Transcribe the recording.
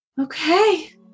Okay